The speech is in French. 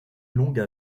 longue